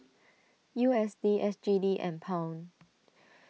U S D S G D and Pound